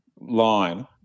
line